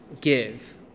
give